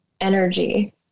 energy